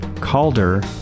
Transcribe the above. Calder